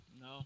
No